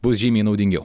bus žymiai naudingiau